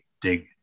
dig